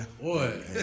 Boy